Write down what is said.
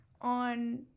on